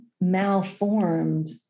malformed